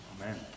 Amen